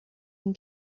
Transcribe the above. این